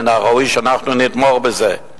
מן הראוי שאנחנו נתמוך בזה,